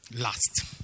Last